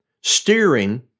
steering